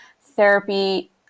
therapy